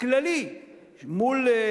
כללי מול,